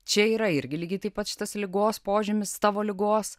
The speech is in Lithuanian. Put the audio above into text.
čia yra irgi lygiai taip pat šitas ligos požymis tavo ligos